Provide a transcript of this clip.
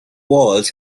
walls